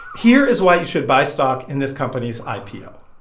here is why you should buy stock in this company's ah ipo.